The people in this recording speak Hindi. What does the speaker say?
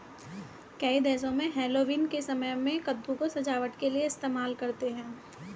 कई देशों में हैलोवीन के समय में कद्दू को सजावट के लिए इस्तेमाल करते हैं